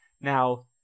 Now